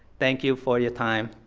thank you for your time,